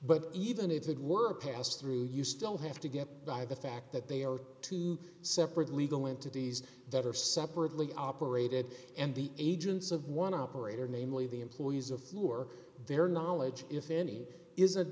but even if it were a pass through you still have to get by the fact that they are two separate legal entities that are separately operated and the agents of one operator namely the employees of floor their knowledge if any is